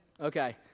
okay